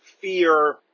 fear